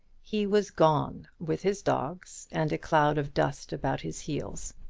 he was gone, with his dogs and a cloud of dust about his heels.